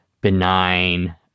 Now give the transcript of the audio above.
benign